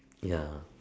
ya